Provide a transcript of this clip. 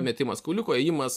mėtimas kauliuku ėjimas